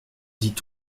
dit